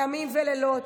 ימים ולילות,